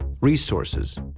resources